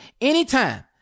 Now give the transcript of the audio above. anytime